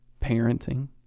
parenting